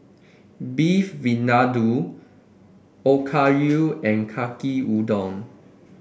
Beef Vindaloo Okayu and Yaki Udon